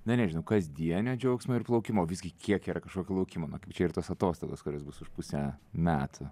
na nežinau kasdienio džiaugsmo ir plaukimo visgi kiek yra kažkokio laukimo na kaip čia ir tos atostogos kurios bus už pusę metų